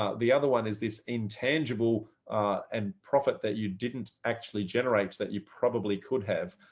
the other one is this intangible and profit that you didn't actually generate that you probably could have.